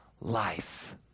life